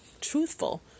truthful